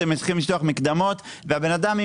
מתחילים לשלוח מקדמות והבן אדם,